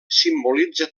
simbolitza